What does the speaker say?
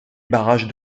barrage